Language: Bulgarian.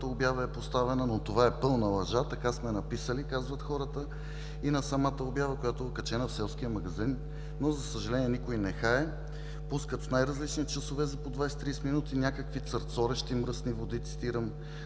обява е поставена, но това е пълна лъжа. Така сме написали и на самата обява, която е окачена в селския магазин, но за съжаление никой нехае. Пускат я в най-различни часове за по 20-30 минути някакви църцорещи, мръсни води – цитирам,